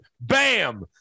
Bam